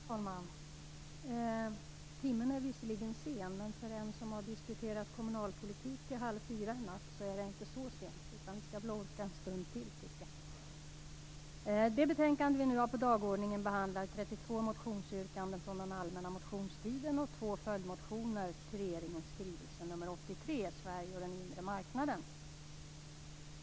Fru talman! Timmen är visserligen sen, men för den som diskuterade kommunalpolitik till halv fyra i går natt är det inte så sent. Jag tycker nog att vi skall orka med att debattera en stund till. I det betänkande som nu är aktuellt på dagordningen behandlas 32 motionsyrkanden från allmänna motionstiden och 2 följdmotioner till regeringens skrivelse nr 83, Sverige och den inre marknaden.